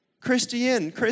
Christian